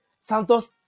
Santos